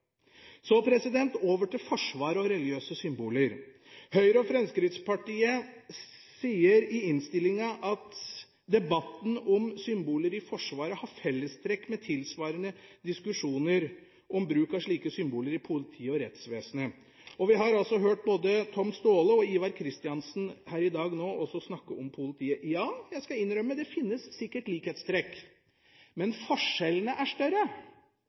Så over til Forsvaret og religiøse symboler: Høyre og Fremskrittspartiet sier i innstillingen at debatten om symboler i Forsvaret har fellestrekk med tilsvarende diskusjoner om bruk av slike symboler i politiet og rettsvesenet, og vi har hørt både Tom Staahle og Ivar Kristiansen her i dag snakke om politiet. Ja, jeg skal innrømme at det sikkert finnes likhetstrekk, men forskjellene er større.